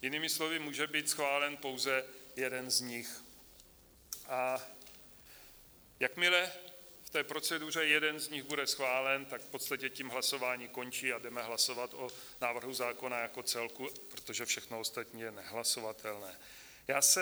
Jinými slovy, může být schválen pouze jeden z nich, a jakmile v té proceduře jeden z nich bude schválen, v podstatě tím hlasování končí a jdeme hlasovat o návrhu zákona jako celku, protože všechno ostatní je nehlasovatelné.